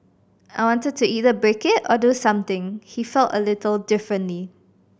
I wanted to either break it or do something he felt a little differently